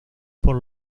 por